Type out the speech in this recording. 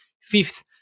fifth